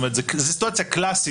זו סיטואציה קלאסית.